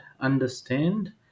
understand